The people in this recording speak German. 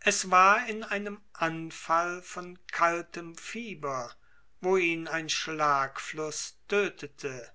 es war in einem anfall von kaltem fieber wo ihn ein schlagfluß tötete